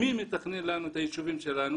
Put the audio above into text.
מי מתכנן לנו את היישובים שלנו?